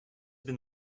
been